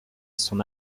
son